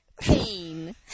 pain